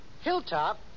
Hilltop